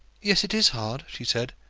yes it is hard, she said.